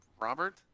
Robert